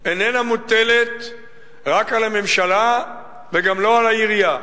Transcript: איננה מוטלת רק על הממשלה וגם לא על העירייה.